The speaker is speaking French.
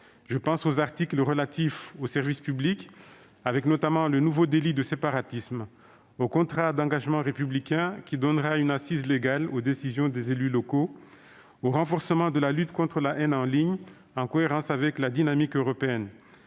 Je pense aux articles relatifs au service public, avec notamment le nouveau délit de séparatisme, au contrat d'engagement républicain qui donnera une assise légale aux décisions des élus locaux, au renforcement de la lutte contre la haine en ligne en cohérence avec la dynamique européenne.